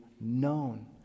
known